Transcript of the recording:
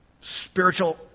spiritual